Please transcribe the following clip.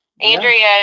Andrea